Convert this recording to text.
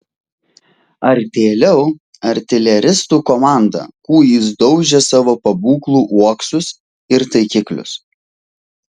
artėliau artileristų komanda kūjais daužė savo pabūklų uoksus ir taikiklius